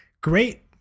great